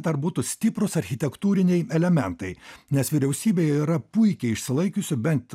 dar būtų stiprūs architektūriniai elementai nes vyriausybė yra puikiai išsilaikiusi bent